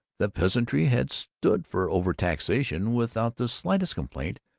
the peasantry had stood for overtaxation without the slightest complaint,